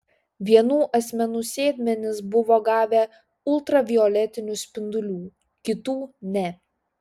vienų asmenų sėdmenys buvo gavę ultravioletinių spindulių kitų ne